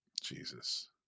jesus